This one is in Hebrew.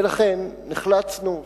ולכן נחלצנו,